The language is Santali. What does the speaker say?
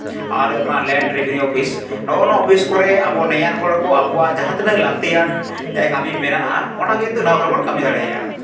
ᱟᱨ ᱦᱩᱭᱩᱜ ᱠᱟᱱᱟ ᱞᱮᱱᱰ ᱨᱤᱵᱷᱤᱱᱤᱭᱩ ᱚᱯᱷᱤᱥ ᱱᱚᱜᱼᱚ ᱱᱚᱣᱟ ᱚᱯᱷᱤᱥ ᱠᱚᱨᱮ ᱱᱮᱭᱟᱱ ᱦᱚᱲ ᱠᱚ ᱟᱵᱚᱣᱟᱜ ᱡᱟᱦᱟᱸ ᱛᱤᱱᱟᱹᱜ ᱞᱟᱹᱠᱛᱤᱭᱟᱱ ᱠᱟᱹᱢᱤ ᱢᱮᱱᱟᱜᱼᱟ ᱚᱱᱟ ᱠᱤᱱᱛᱩ ᱱᱚᱣᱟ ᱠᱚᱨᱮᱵᱚᱱ ᱠᱟᱹᱢᱤ ᱫᱟᱲᱮᱭᱟᱜᱼᱟ